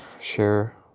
share